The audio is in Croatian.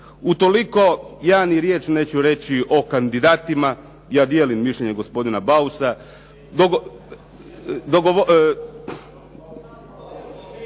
Utoliko, ja ni riječ neću reći o kandidatima. Ja dijelim mišljenje gospodina Beusa.